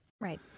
Right